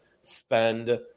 spend